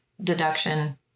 deduction